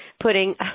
putting